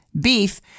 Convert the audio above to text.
beef